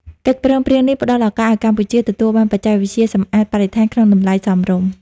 កិច្ចព្រមព្រៀងនេះផ្ដល់ឱកាសឱ្យកម្ពុជាទទួលបានបច្ចេកវិទ្យាសម្អាតបរិស្ថានក្នុងតម្លៃសមរម្យ។